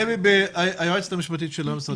דבי היועצת המשפטית של המשרד,